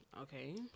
okay